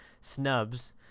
snubs